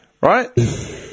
right